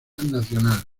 nacional